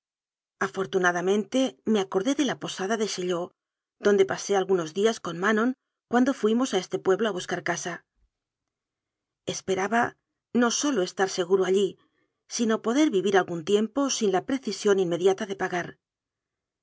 afortunadamente me acordé de la posada de ghaillot donde pasé algu nos días con manon cuando fuimos a este pueblo a buscar casa esperaba no sólo estar seguro allí sino poder vivir algún tiempo sin la precisión in mediata de pagar